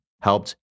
helped